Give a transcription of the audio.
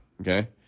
Okay